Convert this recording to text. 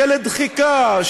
של דחיקה,